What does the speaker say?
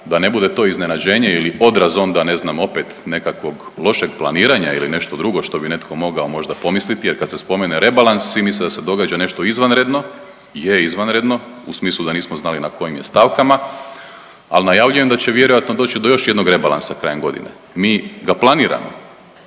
da ne bude to iznenađenje ili odraz onda, ne znam, opet, nekakvog, lošeg planiranja ili nešto drugo što bi netko mogao možda pomisliti jer kad se spominje rebalans, svi misle da se događa nešto izvanredno, je izvanredno, u smislu da nismo znali na kojim je stavkama, ali najavljujem da će vjerojatno doći do još jednog rebalansa krajem godine. Mi ga planiramo.